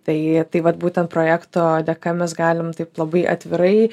tai tai vat būtent projekto dėka mes galim taip labai atvirai